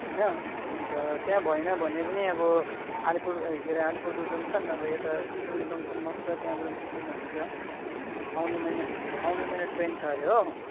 होइन अन्त त्यहाँ भएन भने पनि अब अलिपुर ए के अरे अलिपुरको जङ्सन अब यता सिलगढी जङ्सनमा पनि छ त्यहाँबाट निस्किँदा हुन्छ आउने महिना आउने महिना ट्रेन छ अरे हो